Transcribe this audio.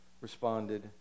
responded